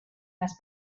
las